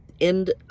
End